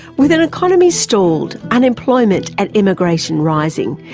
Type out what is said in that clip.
with an economy stalled, unemployment and emigration rising,